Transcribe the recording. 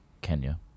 Kenya